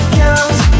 counts